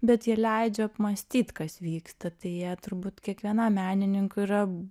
bet jie leidžia apmąstyt kas vyksta tai jie turbūt kiekvienam menininkui yra